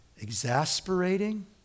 exasperating